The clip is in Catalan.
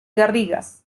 garrigues